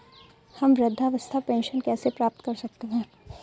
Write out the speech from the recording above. हम वृद्धावस्था पेंशन कैसे प्राप्त कर सकते हैं?